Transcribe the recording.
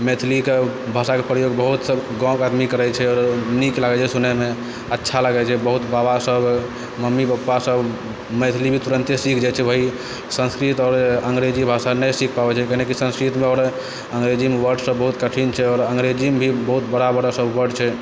मैथिलीके भाषाके प्रयोग बहुत सब गाँवके आदमी करै छै आओर नीक लागै छै सुनैमे अच्छा लगे छै बहुत बाबा सब मम्मी पप्पा सब मैथिली भी तुरन्ते सीखि जाइ छै वही संस्कृत आओर अङ्गरेजी भाषा नहि सीखि पाबै छै किएने कि संस्कृतमे आओर अङ्गरेजीमे वर्डसब बहुत कठिन छै आओर अङ्गरेजीमे भी बहुत बड़ा बड़ा सब वर्ड छै